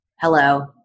Hello